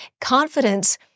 Confidence